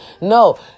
No